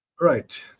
Right